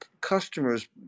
customers